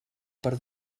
per